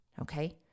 Okay